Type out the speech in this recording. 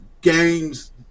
games